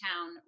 town